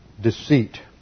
deceit